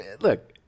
Look